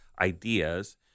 ideas